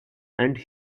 and